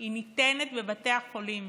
ניתנת בבתי החולים.